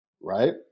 right